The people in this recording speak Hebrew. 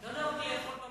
לא נהוג לאכול במליאה.